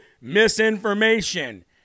misinformation